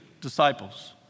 disciples